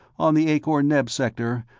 on the akor-neb sector,